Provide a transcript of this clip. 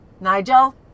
Nigel